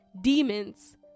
demons